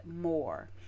more